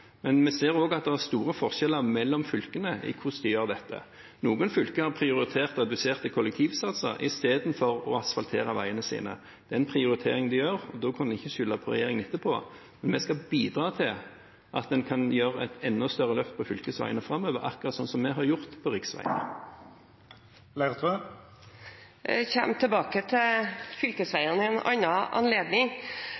men vi ser også at det er store forskjeller mellom fylkene i hvordan de gjør dette. Noen fylker har prioritert reduserte kollektivsatser i stedet for å asfaltere veiene sine. Det er en prioritering de gjør, og da kan de ikke skylde på regjeringen etterpå. Men vi skal bidra til at en kan gjøre et enda større løft på fylkesveiene framover, akkurat slik vi har gjort på riksveiene. Jeg kommer tilbake til